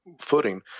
footing